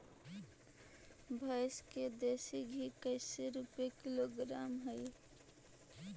भैंस के देसी घी कैसे रूपये किलोग्राम हई?